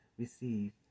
receive